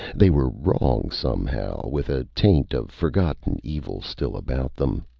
they were wrong, somehow, with a taint of forgotten evil still about them.